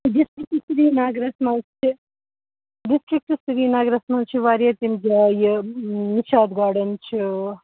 district سریٖنگرَس منٛز تہِ ڈِسٹرک سریٖنگرَس منٛز چھِ واریاہ تِم جایہِ نِشاط گاڈٕنۍ چھِ